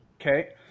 Okay